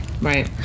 Right